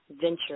venture